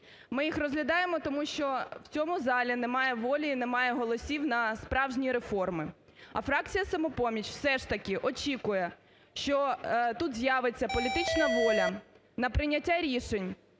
Ми їх розглядаємо, тому що в цьому залі немає волі і немає голосів на справжні реформи. А фракція "Самопоміч" все ж таки очікує, що тут з'явиться політична воля на прийняття рішень,